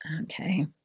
okay